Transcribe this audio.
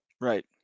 Right